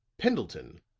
pendleton,